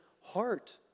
heart